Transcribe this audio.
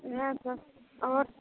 हॅं आर